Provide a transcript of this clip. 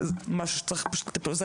משהו שצריך לטפל בו.